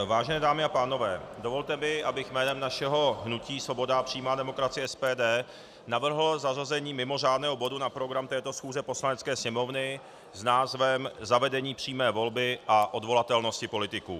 Vážené dámy a pánové, dovolte mi, abych jménem našeho hnutí Svoboda a přímá demokracie, SPD, navrhl zařazení mimořádného bodu na program této schůze Poslanecké sněmovny s názvem Zavedení přímé volby a odvolatelnosti politiků.